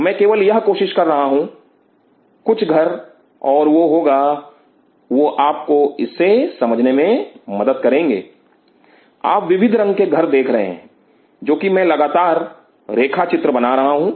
मैं केवल यह कोशिश कर रहा हूं कुछ घर Refer Time 1342 और वह होगा वह आपको इसे समझने में मदद करेंगे आप विविध रंग के घर देख रहे हैं जो कि मैं लगातार रेखा चित्र बना रहा हूं